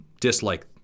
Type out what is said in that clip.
dislike